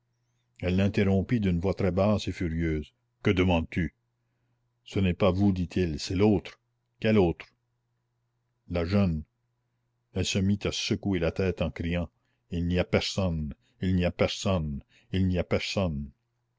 elle l'interrompit d'une voix très basse et furieuse que demandes-tu ce n'est pas vous dit-il c'est l'autre quelle autre la jeune elle se mit à secouer la tête en criant il n'y a personne il n'y a personne il n'y a personne